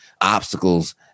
obstacles